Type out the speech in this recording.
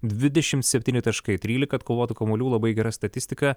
dvidešimt septyni taškai trylika atkovotų kamuolių labai gera statistika